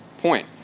point